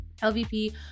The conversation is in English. lvp